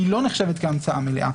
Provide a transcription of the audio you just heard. היא לא נחשבת כהמצאה מלאה.